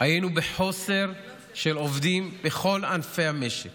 היינו בחוסר של עובדים בכל ענפי המשק,